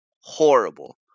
horrible